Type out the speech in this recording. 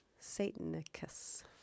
Satanicus